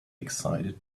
excited